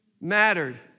mattered